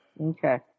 Okay